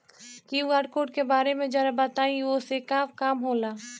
QR code के बारे में जरा बताई वो से का काम होला?